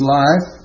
life